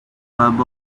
webb